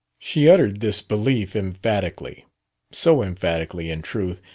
she uttered this belief emphatically so emphatically, in truth,